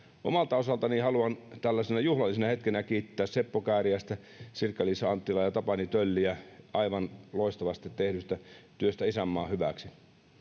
omalta osaltani haluan tällaisena juhlallisena hetkenä kiittää seppo kääriäistä sirkka liisa anttilaa ja tapani tölliä aivan loistavasti tehdystä työstä isänmaan hyväksi